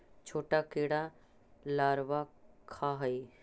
छोटा कीड़ा लारवा खाऽ हइ